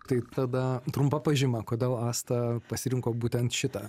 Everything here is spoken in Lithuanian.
tai tada trumpa pažyma kodėl asta pasirinko būtent šitą